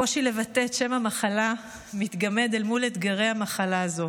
הקושי לבטא את שם המחלה מתגמד אל מול אתגרי המחלה הזו.